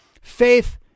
faith